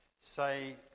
say